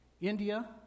India